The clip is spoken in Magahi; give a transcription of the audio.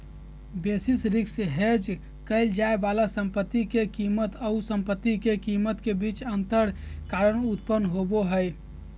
बेसिस रिस्क हेज क़इल जाय वाला संपत्ति के कीमत आऊ संपत्ति के कीमत के बीच अंतर के कारण उत्पन्न होबा हइ